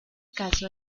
caso